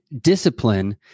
discipline